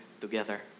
together